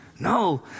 No